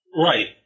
Right